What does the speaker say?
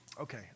Okay